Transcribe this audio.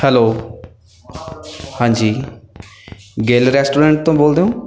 hello ਹਾਂਜੀ Gill restaurant ਤੋਂ ਬੋਲਦੇ ਹੋ